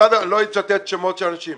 לא אצטט שמות של אנשים.